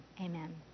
Amen